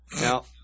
Now